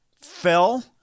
fell